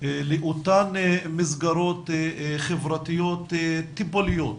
לאותן מסגרות חברתיות טיפוליות,